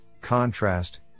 contrast